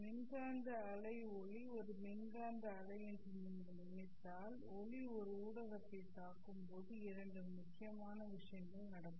மின்காந்த அலை ஒளி ஒரு மின்காந்த அலை என்று நீங்கள் நினைத்தால் ஒளி ஒரு ஊடகத்தைத் தாக்கும் போது இரண்டு முக்கியமான விஷயங்கள் நடக்கும்